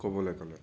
কবলৈ গ'লে